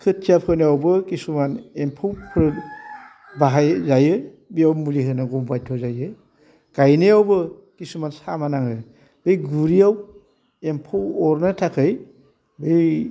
खोथिया फोनायावबो खिसुमान एम्फौफोर बाहाय जायो बेयाव मुलि होनांगौ बायध' जायो गायनायावबो खिसुमान सामा नाङो बे गुरियाव एम्फौ अरनो थाखाय बै